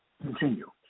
continue